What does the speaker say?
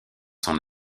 son